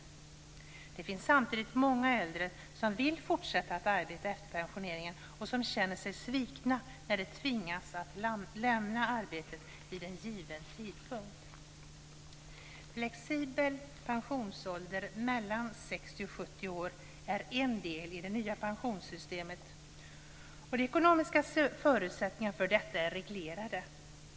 Samtidigt finns det många äldre som vill fortsätta att arbeta efter pensioneringen och som känner sig svikna när de tvingas lämna arbetet vid en given tidpunkt. Flexibel pensionsålder mellan 60 och 70 år är en del i det nya pensionssystemet.